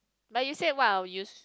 but you say what I'll use